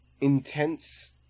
intense